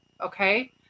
Okay